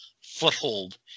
foothold